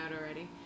already